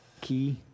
Key